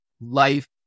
life